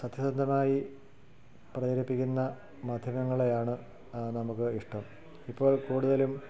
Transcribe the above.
സത്യസന്ധമായി പ്രചരിപ്പിക്കുന്ന മാധ്യമങ്ങളെയാണ് നമുക്ക് ഇഷ്ടം ഇപ്പോൾ കൂടുതലും